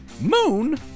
Moon